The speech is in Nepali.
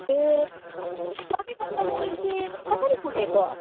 ए तपाईँको अन्त मोबाइल चाहिँ कसरी फुटेको